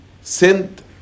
sent